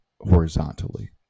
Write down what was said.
horizontally